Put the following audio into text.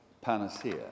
panacea